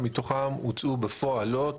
זה היה flat חותך לכל אורך המקצוע.